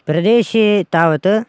प्रदेशे तावत्